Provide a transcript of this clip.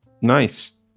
nice